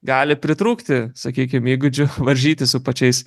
gali pritrūkti sakykim įgūdžių varžytis su pačiais